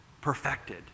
perfected